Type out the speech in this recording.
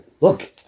Look